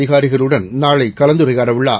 அதிகாரிகளுடன் நாளை கலந்துரையாட உள்ளார்